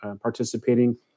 participating